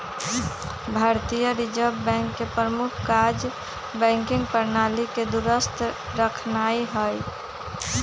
भारतीय reserve bank के प्रमुख काज़ बैंकिंग प्रणाली के दुरुस्त रखनाइ हइ